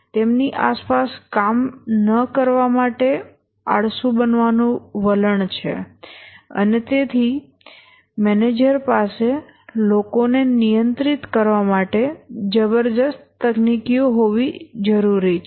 તેમની આસપાસ કામ ન કરવા માટે આળસુ બનાવવાનું વલણ છે અને તેથી મેનેજર પાસે લોકોને નિયંત્રિત કરવા માટે જબરદસ્ત તકનીકીઓ હોવી જરૂરી છે